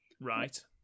Right